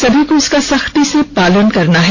सभी को इसका सख्ती से पालन करना है